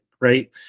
Right